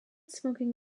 smoking